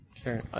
Sure